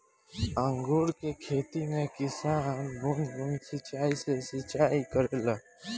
अंगूर के खेती में किसान बूंद बूंद सिंचाई से सिंचाई करेले